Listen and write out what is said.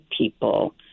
people